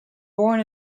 born